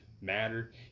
matter